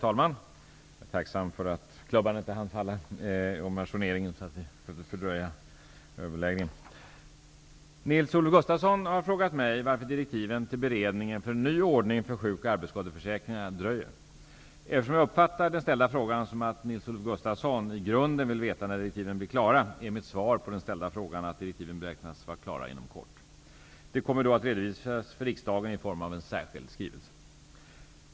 Herr talman! Nils-Olof Gustafsson har frågat mig varför direktiven till beredningen för en ny ordning för sjuk och arbetsskadeförsäkringar dröjer. Eftersom jag uppfattar den ställda frågan så, att Nils-Olof Gustafsson i grunden vill veta när direktiven blir klara är mitt svar på den ställda frågan att direktiven beräknas vara klara inom kort. De kommer då att redovisas för riksdagen i form av en särskild skrivelse.